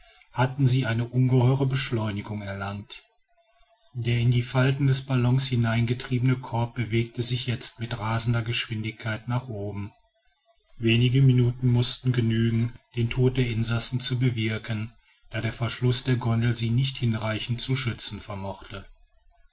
hatten sie eine ungeheure beschleunigung erlangt der in die falten des ballons hineingetriebene korb bewegte sich jetzt mit rasender geschwindigkeit nach oben wenige minuten mußten genügen den tod der insassen zu bewirken da der verschluß der gondel sie nicht hinreichend zu schützen vermochte